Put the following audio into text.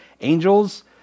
Angels